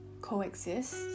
coexist